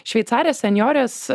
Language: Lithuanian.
šveicarės senjorės